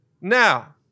now